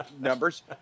numbers